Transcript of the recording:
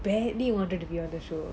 badly wanted to be the show